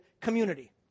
community